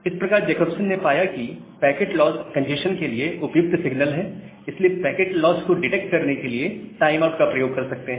इस प्रकार जकोब्सन ने पाया कि पैकेट लॉस कंजेस्शन के लिए उपयुक्त सिग्नल है इसलिए पैकेट लॉस को डिटेक्ट करने के लिए टाइम आउट का प्रयोग कर सकते हैं